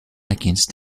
against